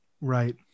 Right